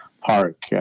Park